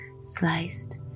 sliced